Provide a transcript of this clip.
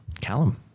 Callum